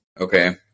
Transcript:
Okay